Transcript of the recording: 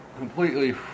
Completely